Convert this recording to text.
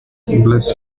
bless